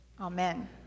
Amen